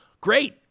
great